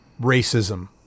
racism